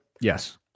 Yes